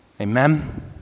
Amen